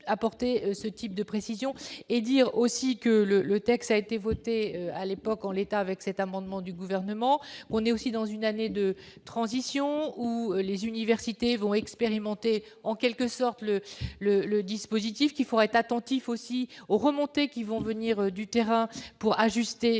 apporter ce type de précision et dire aussi que le le texte a été voté à l'époque, en l'état, avec cet amendement du gouvernement, on est aussi dans une année de transition où les universités vont expérimenter, en quelque sorte le le le dispositif qu'il faudra être attentif aussi aux remontées qui vont venir du terrain pour ajuster